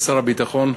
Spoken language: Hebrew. שר הביטחון,